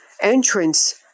entrance